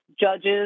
judges